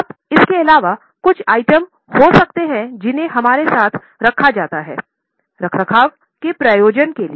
अब इसके अलावा कुछ आइटम हो सकते हैं जिन्हें हमारे साथ रखा जाता है रखरखाव के प्रयोजनों के लिए